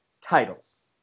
titles